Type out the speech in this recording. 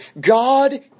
God